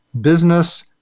business